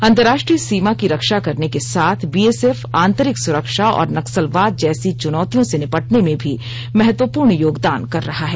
अंतरराष्ट्रीय सीमा की रक्षा करने के साथ बीएसएफ आंतरिक सुरक्षा और नक्सलवाद जैसी चुनौतियों से निपटने में भी महत्व पूर्ण योगदान कर रहा है